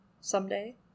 someday